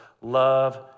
love